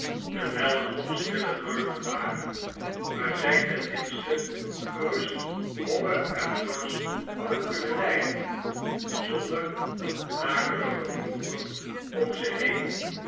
terwijl er nog stille dorpen waren waar zij ten minste gerust honger en dorst hadden kunnen lijden zonder dat akelige rumoer om zich heen